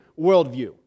worldview